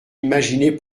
imaginer